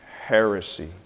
heresy